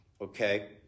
okay